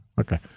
Okay